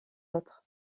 autres